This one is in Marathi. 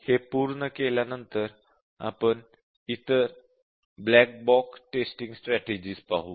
हे पूर्ण केल्यानंतर आपण इतर ब्लॅक बॉक्स टेस्टिंग स्ट्रॅटेजिज पाहू